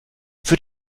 für